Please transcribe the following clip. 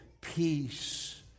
peace